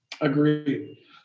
Agreed